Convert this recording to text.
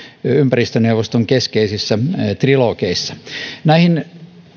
ympäristöneuvoston keskeisissä trilogeissa näihin